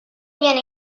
viene